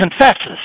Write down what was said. confesses